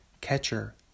Catcher